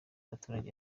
abaturage